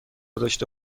داشته